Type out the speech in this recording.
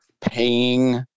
paying